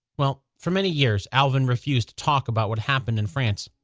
well, for many years, alvin refused to talk about what happened in france.